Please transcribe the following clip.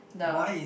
the